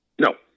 No